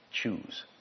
Choose